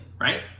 right